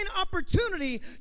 opportunity